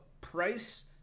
Price